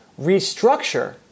restructure